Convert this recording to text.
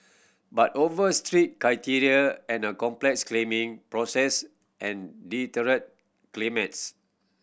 but over strict criteria and a complex claiming process and deterred claimants